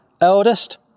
eldest